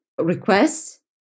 request